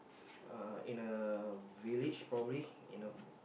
uh in a village probably in a